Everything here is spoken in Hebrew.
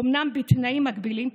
אומנם בתנאים מגבילים,